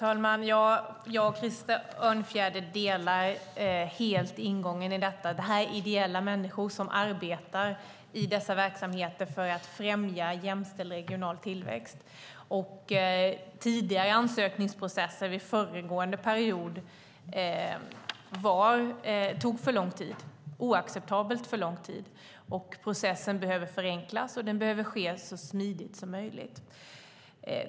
Herr talman! Jag och Krister Örnfjäder delar helt ingången i detta. Det här är människor som arbetar ideellt i dessa verksamheter för att främja jämställd regional tillväxt. Tidigare ansökningsprocesser under föregående period tog för lång tid, oacceptabelt lång tid. Processen behöver förenklas och den behöver ske så smidigt som möjligt.